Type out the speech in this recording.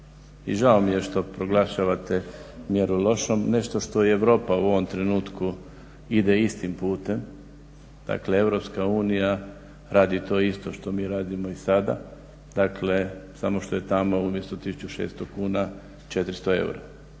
i žao mi je što proglašavate mjeru lošom. Nešto što je i Europa u ovom trenutku ide istim putem, dakle EU radi to isto što mi radimo i sada, dakle samo što je tamo umjesto 1600 kuna, 400 eura.